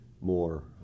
more